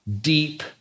deep